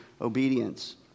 obedience